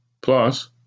Plus